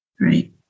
right